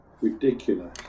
ridiculous